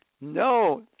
No